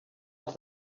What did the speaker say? els